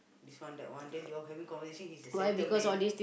this one that one then they all having conversation he's the centre man